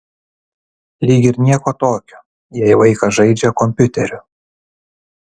lyg ir nieko tokio jei vaikas žaidžia kompiuteriu